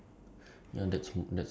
how much are we getting paid